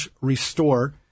restore